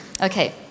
okay